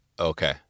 Okay